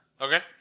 Okay